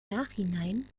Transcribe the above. nachhinein